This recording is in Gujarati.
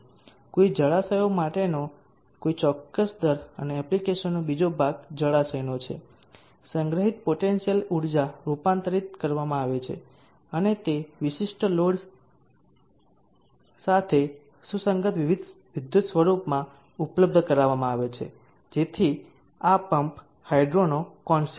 કોઈ જળાશયો માટેનો કોઈ ચોક્કસ દર અને એપ્લિકેશનનો બીજો ભાગ જળાશયનો છે સંગ્રહિત પોટેન્શીયલ ઊર્જા રૂપાંતરિત કરવામાં આવે છે અને તે વિશિષ્ટ લોડ્સ સાથે સુસંગત વિદ્યુત સ્વરૂપમાં ઉપલબ્ધ કરાવવામાં આવે છે જેથી આ પંપ હાઈડ્રોનો કોન્સેપ્ટ છે